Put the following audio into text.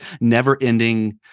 never-ending